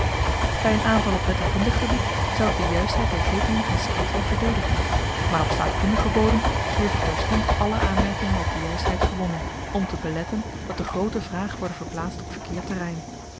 by een aanval op letterkundig gebied zou ik de juistheid der teekening van saïdjah verdedigen maar op staatkundigen bodem geef ik terstond alle aanmerkingen op die juistheid gewonnen om te beletten dat de groote vraag worde verplaatst op verkeerd terrein